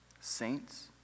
Saints